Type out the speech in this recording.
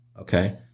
Okay